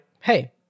hey